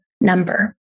number